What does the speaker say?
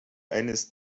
eines